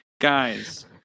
guys